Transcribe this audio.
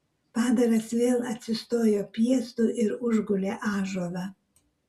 padaras vėl atsistojo piestu ir užgulė ąžuolą